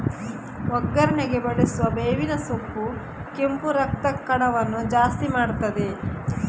ಒಗ್ಗರಣೆಗೆ ಬಳಸುವ ಬೇವಿನ ಸೊಪ್ಪು ಕೆಂಪು ರಕ್ತ ಕಣವನ್ನ ಜಾಸ್ತಿ ಮಾಡ್ತದೆ